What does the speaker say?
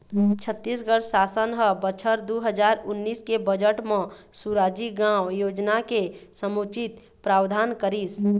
छत्तीसगढ़ सासन ह बछर दू हजार उन्नीस के बजट म सुराजी गाँव योजना के समुचित प्रावधान करिस